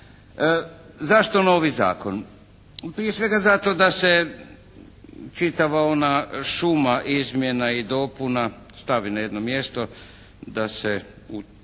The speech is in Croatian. Zašto novi zakon? Prije svega zato da se čitava ona šuma izmjena i dopuna stavi na jedno mjesto da se